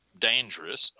dangerous